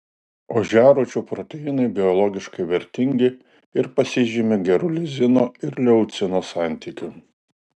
ožiarūčių proteinai biologiškai vertingi ir pasižymi geru lizino ir leucino santykiu